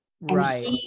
Right